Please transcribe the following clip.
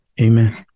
Amen